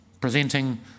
presenting